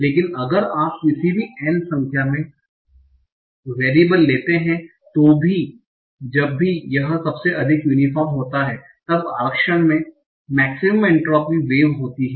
लेकिन अगर आप किसी भी n संख्या में वेरियबल लेते हैं तो भी जब भी यह सबसे अधिक यूनीफोर्म होता है तब आरक्षण में मेक्सिमम एंट्रोपी वेव होती है